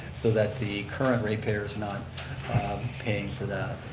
so that the current repairs not paying for that.